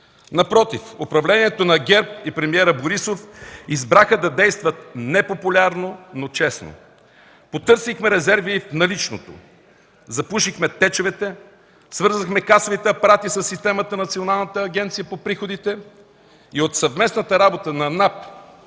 Напротив, управлението на ГЕРБ и премиера Борисов избраха да действат непопулярно, но честно. Потърсихме резерви в наличното, запушихме течовете, свързахме касовите апарати със системата на Националната агенция по приходите и от съвместната работа на НАП